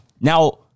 Now